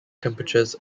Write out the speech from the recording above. temperatures